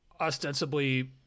ostensibly